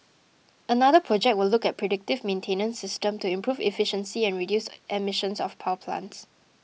another project will look at a predictive maintenance system to improve efficiency and reduce emissions of power plants